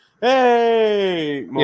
hey